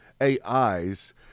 AIs